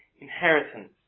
inheritance